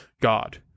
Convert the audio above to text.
God